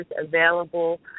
available